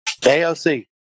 AOC